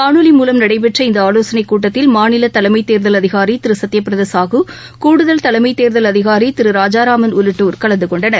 காணொலி மூலம் நடைபெற்ற இந்த ஆலோசனை கூட்டத்தில் மாநில தலைமை தேர்தல் அதிகாரி திரு சத்தியபிரத சாகு கூடுதல் தலைமை தேர்தல் அதிகாரி திரு ராஜாராமன் உள்ளிட்டோர் கலந்தகொண்டனர்